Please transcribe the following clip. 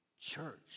church